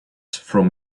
from